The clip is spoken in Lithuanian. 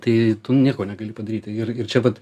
tai tu nieko negali padaryti ir ir čia vat